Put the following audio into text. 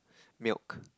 milk